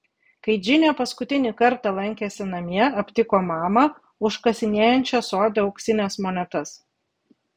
kai džinė paskutinį kartą lankėsi namie aptiko mamą užkasinėjančią sode auksines monetas